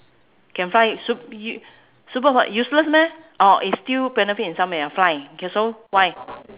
can fly sup~ you superpo~ useless meh or it's still benefit in some way ah fly okay so why